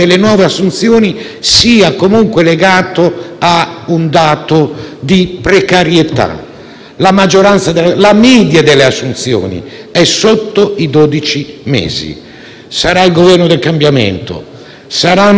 dato che la media delle assunzioni è sotto i dodici mesi. Sarà il Governo del cambiamento, si saranno realizzate e starete realizzando grandissime cose: tuttavia,